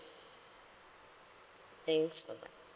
thanks bye